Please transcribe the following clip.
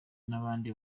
n’abandi